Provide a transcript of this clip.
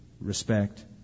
respect